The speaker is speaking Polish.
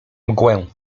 mgłę